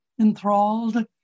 enthralled